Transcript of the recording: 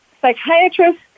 psychiatrist